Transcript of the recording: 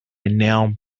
now